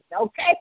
okay